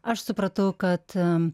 aš supratau kad